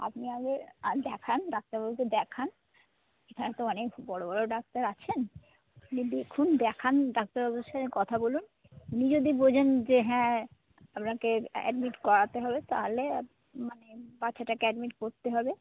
আপনি আগে দেখান ডাক্তারবাবুকে দেখান এখানে তো অনেক বড়ো বড়ো ডাক্তার আছেন দে দেখুন দেখান ডাক্তারবাবুর সঙ্গে কথা বলুন উনি যদি বোঝেন যে হ্যাঁ আপনাকে অ্যাডমিট করাতে হবে তাহলে মানে বাচ্চাটাকে অ্যাডমিট করতে হবে